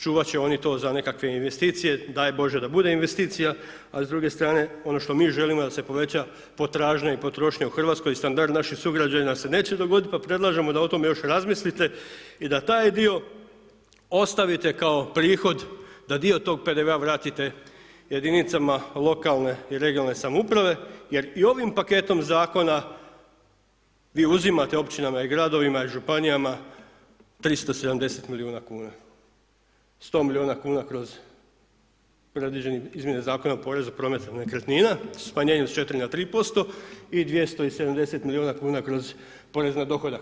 Čuvat će oni to za nekakve investicije, daj bože da bude investicija, a s druge strane ono što mi želimo da se poveća potražnja i potrošnja u Hrvatskoj i standard naših sugrađana se neće dogodit, pa predlažemo da o tome još razmislite i da taj dio ostavite kao prihod, da dio tog PDV-a vratite jedinicama lokalne i regionalne samouprave, jer i ovim paketom zakona vi uzimate općinama i gradovima i županijama 370 milijuna kuna, 100 miliona kuna kroz predviđene izmjene Zakona o porezu prometa nekretnina, smanjenje s 4 na 3% i 270 miliona kuna kroz porez na dohodak.